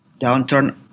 downturn